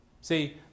See